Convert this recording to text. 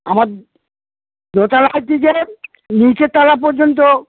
আমার দোতলা নিচের তলা পর্যন্ত